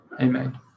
Amen